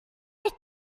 alt